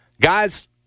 guys